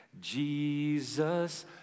Jesus